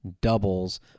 doubles